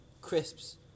crisps